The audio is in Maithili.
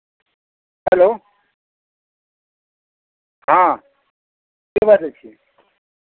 हेलो हँ के बाजै छी